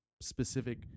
specific